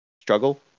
struggle